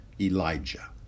Elijah